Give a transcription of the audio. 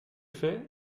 fait